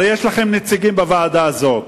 הרי יש לכם נציגים בוועדה הזאת,